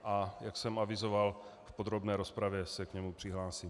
A jak jsem avizoval, v podrobné rozpravě se k němu přihlásím.